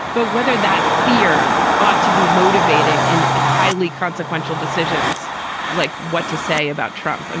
but whether that fear ought to be motivating in highly consequential decisions like what to say about trump, and